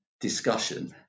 discussion